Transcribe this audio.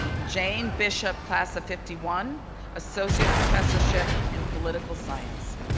jane bishop, class of fifty one associate professorship in political science.